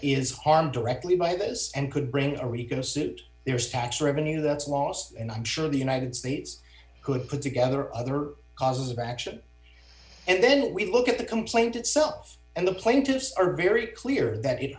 is harmed directly by this and could bring a regular suit there's tax revenue that's lost and i'm sure the united states could put together other causes of action and then we look at the complaint itself and the plaintiffs are very clear that it